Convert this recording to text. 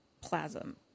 plasm